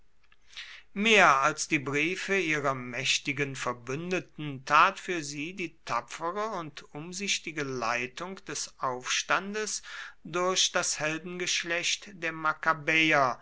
mehr als die briefe ihrer mächtigen verbündeten tat für sie die tapfere und umsichtige leitung des aufstandes durch das heldengeschlecht der makkabäer